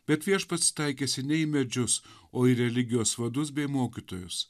bet viešpats taikėsi ne į medžius o į religijos vadus bei mokytojus